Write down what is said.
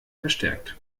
verstärkt